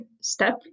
step